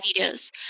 videos